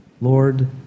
Lord